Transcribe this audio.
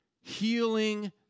Healing